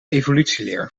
evolutieleer